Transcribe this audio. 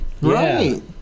right